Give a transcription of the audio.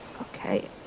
Okay